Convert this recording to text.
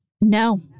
No